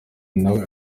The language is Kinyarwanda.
nawe